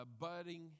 budding